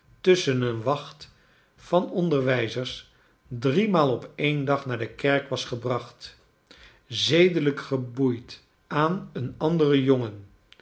tusschen een wacht van onderwijzers driemaal op een dag naar de kerk was gebrachtj zedelijk geboeid aan een anderen jongen